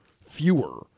fewer